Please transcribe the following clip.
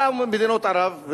מה אמרו מדינות ערב?